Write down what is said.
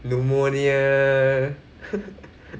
pneumonia